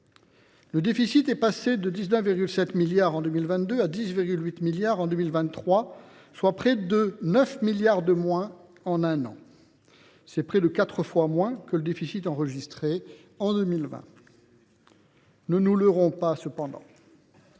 Le déficit est passé de 19,7 milliards en 2022 à 10,8 milliards en 2023, soit près de 9 milliards de moins en un an ! C’est près de quatre fois moins que le déficit enregistré en 2020. Ne nous leurrons pas, cependant